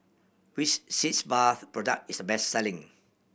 which Sitz Bath product is the best selling